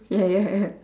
ya ya ya